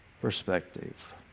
perspective